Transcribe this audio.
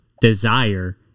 desire